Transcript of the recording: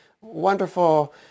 wonderful